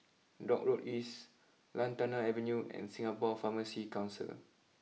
Dock Road East Lantana Avenue and Singapore Pharmacy Council